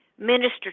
Minister